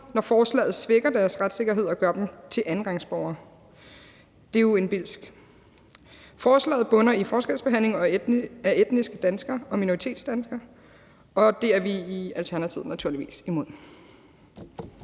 når forslaget svækker deres retssikkerhed og gør dem til andenrangsborgere. Det er jo indbildsk. Forslaget bunder i forskelsbehandling af etniske danskere og minoritetsdanskere, og det er vi i Alternativet naturligvis imod.